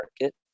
market